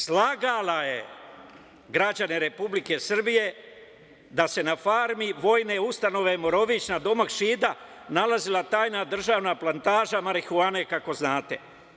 Slagala je građane Republike Srbije da se na farmi vojne ustanove Morović, nadomak Šida, nalazila tajna državna plantaža marihuane, kako znate.